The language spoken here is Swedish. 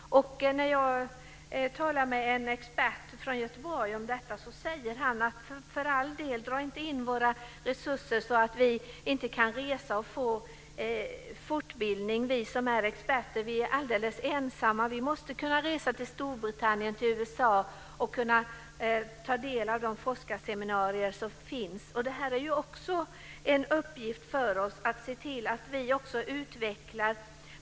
När jag talar med en expert från Göteborg om detta vädjar han om att resurser som möjliggör resor och fortbildning inte ska dras in. Vi experter är alldeles ensamma. Vi måste kunna resa till Storbritannien och USA och kunna ta del av de forskarseminarier som finns. Det är också en uppgift för oss att se till att vi utvecklar verksamheten.